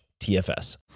TFS